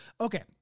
Okay